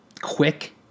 quick